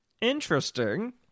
Interesting